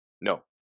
No